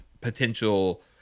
potential